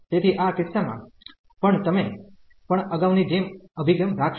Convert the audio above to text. તેથી આ કિસ્સા માં પણ તમે પણ અગાઉ ની જેમ અભિગમ રાખસો